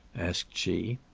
asked she.